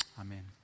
Amen